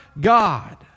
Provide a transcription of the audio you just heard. God